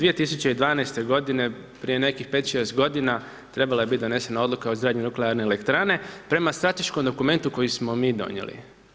2012. godine, prije nekih 5, 6 godina trebala je biti donesena odluka o izgradnji nuklearne elektrane, prema strateškom dokumentu koji smo mi donijeli.